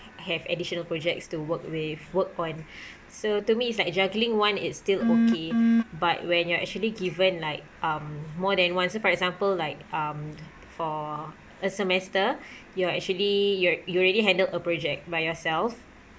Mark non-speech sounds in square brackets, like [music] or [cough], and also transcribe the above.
have additional projects to work with work on [breath] so to me it's like juggling one it's still okay but when you're actually given like um more than one so for example like um for a semester [breath] you're actually you you already handled a project by yourself